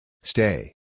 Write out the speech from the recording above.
Stay